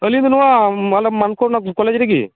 ᱟᱞᱤᱧᱫᱚ ᱱᱚᱣᱟ ᱢᱟᱱᱚ ᱢᱟᱱᱠᱚᱨ ᱨᱮᱱᱟᱜ ᱠᱚᱞᱮᱡᱽ ᱨᱮᱜᱮ